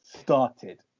started